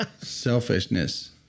Selfishness